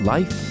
Life